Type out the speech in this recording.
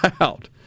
out